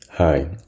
Hi